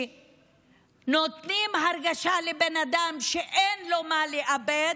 כשנותנים הרגשה לבן אדם שאין לו מה לאבד,